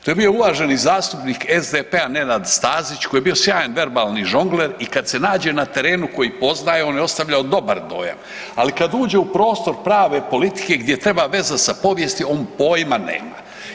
To je bio uvaženi zastupnik SDP-a Nenad Stazić koji je bio sjajni verbalni žongler i kada se nađe na terenu koji poznaje on je ostavljao dobar dojam, ali kada uđe u prostor prave politike gdje treba veze sa povijesti, on pojma nema.